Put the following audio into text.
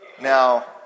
Now